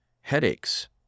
headaches